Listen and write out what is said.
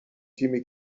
تیمی